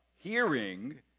Hearing